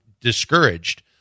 discouraged